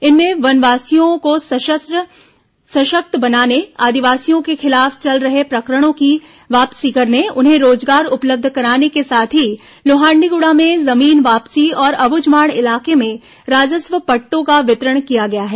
इनमें वनवासियों को सशक्त बनाने आदिवासियों के खिलाफ चल रहे प्रकरणों की वापसी करने उन्हें रोजगार उपलब्ध कराने के साथ ही लोहंडीगुड़ा में जमीन वापसी और अब्झमाड़ इलाके में राजस्व पट्टों का वितरण किया गया है